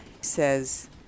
says